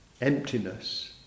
emptiness